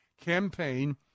campaign